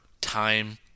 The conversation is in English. time